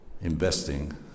investing